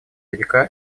велика